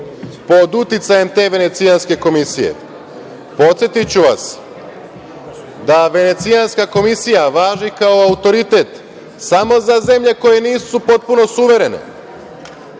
pod uticajem te Venecijanske komisije. Podsetiću vas, da Venecijanska komisija važi kao autoritet samo za zemlje koje nisu potpuno suverene,